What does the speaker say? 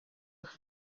aka